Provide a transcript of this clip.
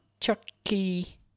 chucky